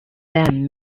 done